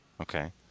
okay